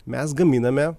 mes gaminame